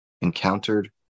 encountered